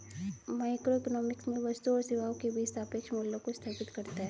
microeconomics में वस्तुओं और सेवाओं के बीच सापेक्ष मूल्यों को स्थापित करता है